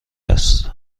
است